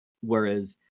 whereas